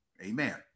amen